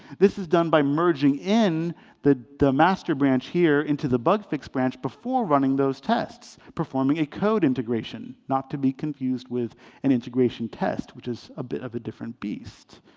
this is done by merging in the the master branch here into the bug fixed branch before running those tests, performing a code integration. not to be confused with an integration test, which is a bit of a different beast.